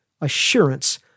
assurance